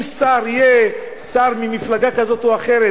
אם שר יהיה ממפלגה כזאת או אחרת,